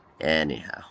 Anyhow